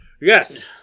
yes